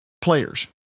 Players